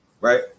right